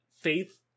faith